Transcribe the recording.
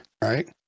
right